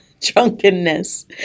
drunkenness